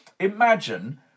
Imagine